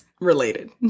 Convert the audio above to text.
related